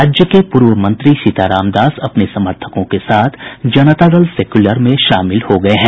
राज्य के पूर्व मंत्री सीताराम दास अपने समर्थकों के साथ जनता दल सेक्यूलर में शामिल हो गये हैं